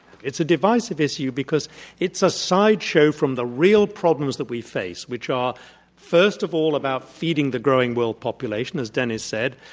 it's a divisive issue because it's a side show from the real problems that we face which are first of all about feeding the growing world population as dennis said.